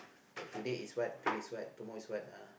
like today is what today is what tomorrow is what ah